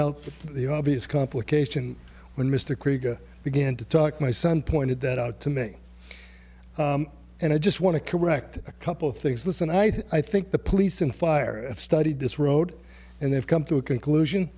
out the obvious complication when mr craig began to talk my son pointed that out to me and i just want to correct a couple of things listen i think the police and fire of studied this road and they've come to a conclusion